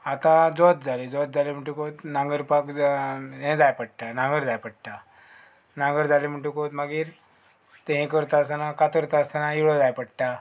आतां जोत जाली जोत जाले म्हणटकूत नांगरपाक जा हें जाय पडटा नांगर जाय पडटा नांगर जालें म्हणटकूत मागीर तें हें करता आसतना कातरता आसतना इळो जाय पडटा